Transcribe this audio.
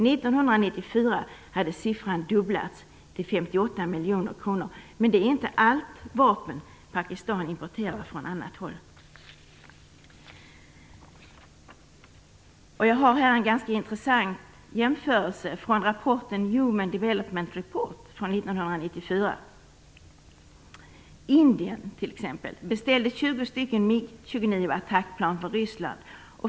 1994 hade siffran fördubblats och blivit 58 miljoner kronor, men det är inte alla vapen Pakistan importerar. Jag har här en intressant jämförelse från rapporten Human Development Report från 1994. Indien beställde t.ex. 20 MIG-29 attackplan från Ryssland.